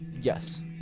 Yes